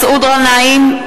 מסעוד גנאים,